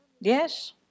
yes